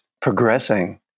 progressing